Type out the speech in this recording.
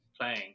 playing